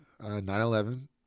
911